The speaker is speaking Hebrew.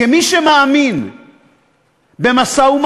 כמי שמאמין במשא-ומתן,